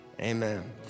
Amen